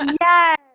Yes